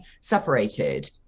separated